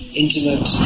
intimate